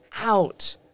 out